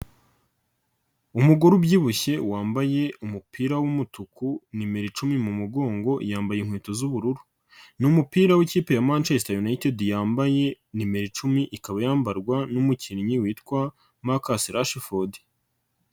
Umugore ubyibushye wambaye umupira w'umutuku numero icumi mu mugongo yambaye inkweto z'ubururu n'umupira wikipe ya manchester united yambaye numero icumi ikaba yambarwa n'umukinnyi witwa Markasracsh Ford.